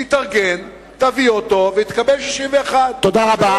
תתארגן, תביא אותו, ותקבל 61. תודה רבה.